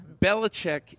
Belichick